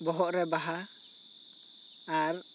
ᱵᱚᱦᱚᱜ ᱨᱮ ᱵᱟᱦᱟ ᱟᱨ